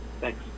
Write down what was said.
Thanks